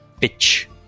pitch